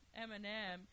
Eminem